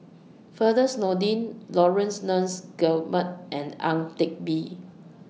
Firdaus Nordin Laurence Nunns Guillemard and Ang Teck Bee